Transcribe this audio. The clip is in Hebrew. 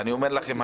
אני אומר לכם,